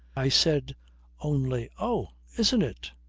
i said only oh! isn't it?